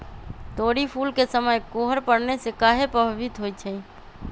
तोरी फुल के समय कोहर पड़ने से काहे पभवित होई छई?